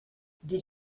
did